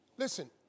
Listen